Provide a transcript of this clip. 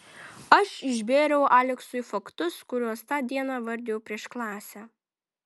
aš išbėriau aleksui faktus kuriuos tą dieną vardijau prieš klasę